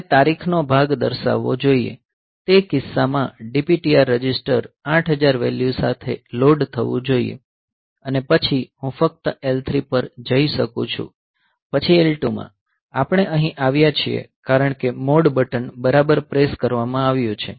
આપણે તારીખનો ભાગ દર્શાવવો જોઈએ તે કિસ્સામાં DPTR રજિસ્ટર 8000 વેલ્યુ સાથે લોડ થવું જોઈએ અને પછી હું ફક્ત L3 પર જઈ શકું છું પછી L2 માં આપણે અહી આવ્યા છીએ કારણ કે મોડ બટન બરાબર પ્રેસ કરવામાં આવ્યું છે